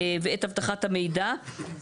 ואת אבטחת המידע.".